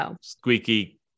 squeaky